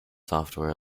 software